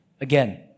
Again